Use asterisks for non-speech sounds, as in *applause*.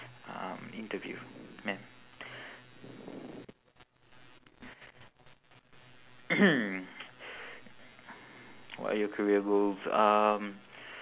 um interview ma'am *coughs* *noise* what are your career goals um